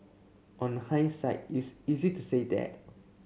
on hindsight it's easy to say that